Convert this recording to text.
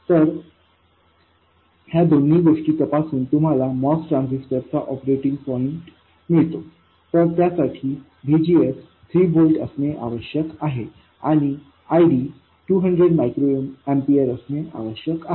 तर ह्या दोन्ही पासून तुम्हाला MOS ट्रान्झिस्टर चा ऑपरेटिंग पॉईंट मिळतो तर त्यासाठी VGS 3 व्होल्ट असणे आवश्यक आहे आणि ID 200 मायक्रो एम्पीअर असणे आवश्यक आहे